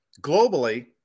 Globally